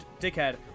dickhead